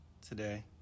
today